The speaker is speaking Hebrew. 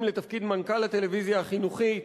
לתפקיד מנכ"ל הטלוויזיה החינוכית,